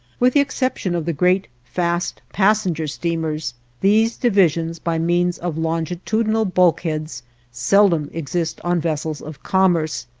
with the exception of the great fast passenger steamers, these divisions by means of longitudinal bulkheads seldom exist on vessels of commerce,